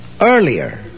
Earlier